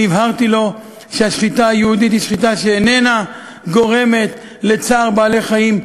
הבהרתי לו שהשחיטה היהודית היא שחיטה שאיננה גורמת לצער בעלי-חיים,